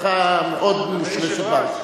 משפחה מאוד מושרשת בארץ.